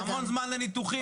-- המון זמן לניתוחים,